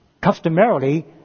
customarily